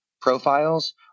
profiles